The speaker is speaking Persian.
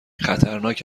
خطرناک